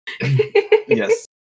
Yes